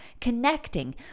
connecting